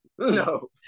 No